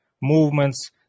movements